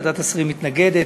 ועדת השרים מתנגדת,